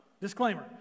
disclaimer